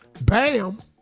Bam